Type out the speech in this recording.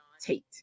Tate